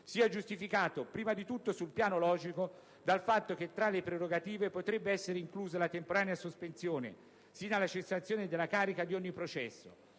sia giustificato, prima di tutto sul piano logico, dal fatto che tra le prerogative potrebbe essere inclusa la temporanea sospensione, sino alla cessazione della carica, di ogni processo,